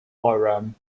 forum